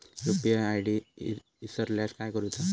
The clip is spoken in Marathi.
यू.पी.आय आय.डी इसरल्यास काय करुचा?